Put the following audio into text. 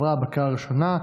התשפ"ב 2022,